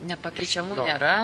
nepakeičiamų nėra